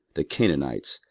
the canaanites,